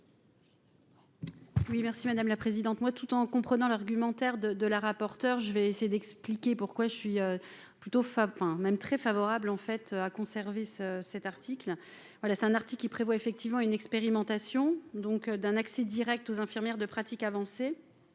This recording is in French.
Oui merci madame la présidente, moi tout en comprenant l'argumentaire de de la rapporteure, je vais essayer d'expliquer pourquoi je suis plutôt FAP hein, même très favorable en fait à conserver ce cet article voilà c'est un article qui prévoit effectivement une expérimentation, donc d'un accès Direct aux infirmières de pratique avancée,